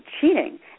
cheating